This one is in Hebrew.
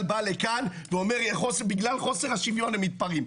בא לכאן ואומר שבגלל חוסר השוויון הם מתפרעים.